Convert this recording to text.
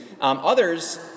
Others